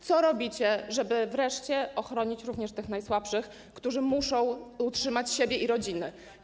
Co robicie, żeby wreszcie ochronić również tych najsłabszych, którzy muszą utrzymać siebie i rodziny?